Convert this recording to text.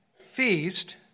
feast